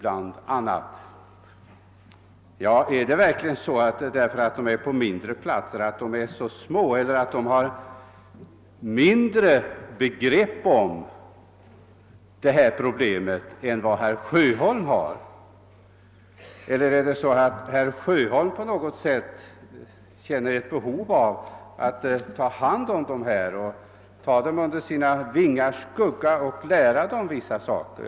Men är det verkligen så att myndigheterna därför att de finns på mindre platser har sämre begrepp om dessa frågor än herr Sjöholm? Eller är det så att herr Sjöholm känner behov av att ta dem under sina vingars skugga och undervisa dem i vissa saker?